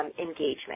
engagement